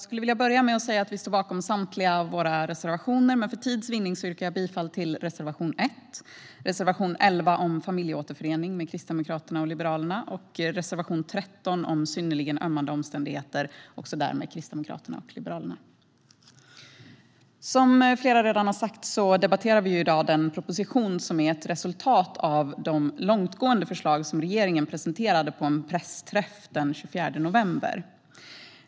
Herr talman! Vi står bakom samtliga våra reservationer, men för tids vinnande yrkar jag bifall bara till reservation 1, reservation 11 om familje-återförening, tillsammans med Kristdemokraterna och Liberalerna, och reservation 13 om synnerligen ömmande omständigheter, också den tillsammans med Kristdemokraterna och Liberalerna. Som redan har sagts debatterar vi i dag den proposition som är ett resultat av de långtgående förslag som regeringen presenterade på en pressträff den 24 november.